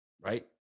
Right